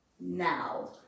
now